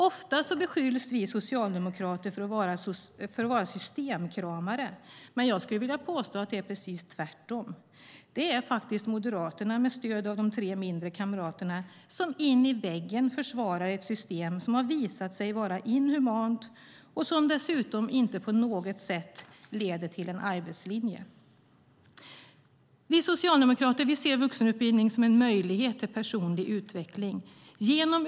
Ofta beskylls vi socialdemokrater för att vara systemkramare, men jag skulle vilja påstå att det är precis tvärtom. Det är Moderaterna med stöd av de tre mindre kamraterna som in i väggen försvarar ett system som visat sig vara inhumant och som dessutom inte på något sätt leder till en arbetslinje. Vi socialdemokrater ser vuxenutbildning som en möjlighet till personlig utveckling.